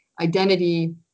identity